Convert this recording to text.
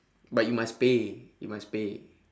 but you must pay you must pay